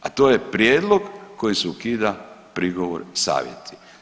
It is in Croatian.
A to je prijedlog kojim se ukida prigovor savjesti.